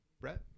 Brett